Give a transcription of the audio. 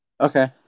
Okay